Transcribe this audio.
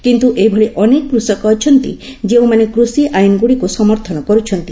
କିନ୍ତୁ ଏଭଳି ଅନେକ କୃଷକ ଅଛନ୍ତି ଯେଉଁମାନେ କୃଷି ଆଇନ୍ଗୁଡ଼ିକୁ ସମର୍ଥନ କରୁଛନ୍ତି